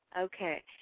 Okay